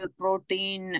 protein